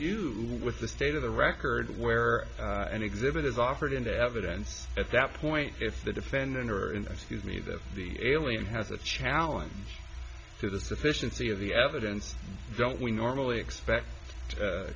view with the state of the record where an exhibit is offered into evidence at that point if the defendant or in this me that the alien has a challenge to the sufficiency of the evidence don't we normally expect